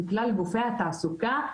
לכלל גופי התעסוקה,